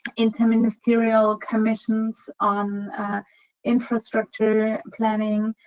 inter-ministerial commissions on infrastructure planning,